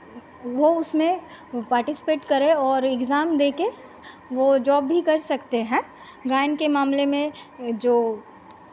वो उसमें पार्टिसिपेट करें और एक्ज़ाम देके वो जॉब भी कर सकते हैं गायन के मामले में जो